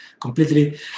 completely